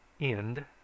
End